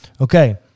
Okay